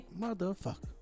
motherfucker